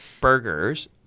burgers